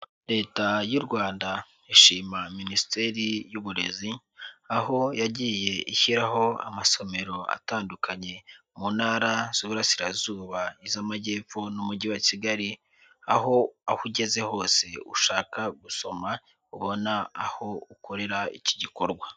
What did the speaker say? Leta y'u Rwanda ishima Minisiteri y'Uburezi, aho yagiye ishyiraho amasomero atandukanye mu Ntara z'Uburasirazuba iz'Amajyepfo n'Umujyi wa Kigali, aho aho ugeze hose ushaka gusoma ubona aho ukorera iki gikorwa.